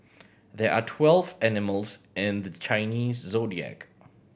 there are twelve animals in the Chinese Zodiac